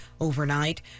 overnight